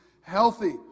healthy